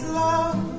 love